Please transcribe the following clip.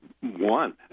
one